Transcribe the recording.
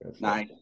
Nice